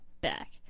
back